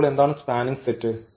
അപ്പോൾ എന്താണ് spanning set